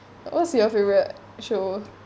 what's your favourite show